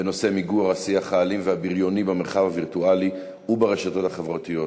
בנושא מיגור השיח האלים והבריוני במרחב הווירטואלי וברשתות החברתיות.